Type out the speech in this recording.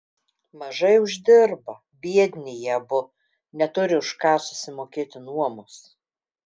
mažai uždirba biedni jie abu neturi už ką susimokėti nuomos